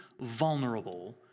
vulnerable